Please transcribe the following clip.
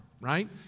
right